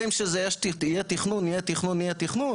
חוזרים ואומרים יהיה תכנון יהיה תכנון,